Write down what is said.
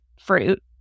fruit